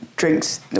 drinks